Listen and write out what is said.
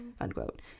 Unquote